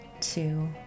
two